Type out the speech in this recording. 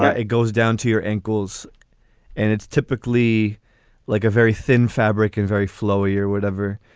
ah it goes down to your ankles and it's typically like a very thin fabric and very flowy or whatever.